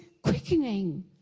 Quickening